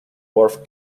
worf